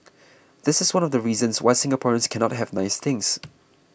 this is one of the reasons why Singaporeans cannot have nice things